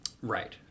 Right